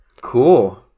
Cool